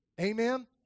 Amen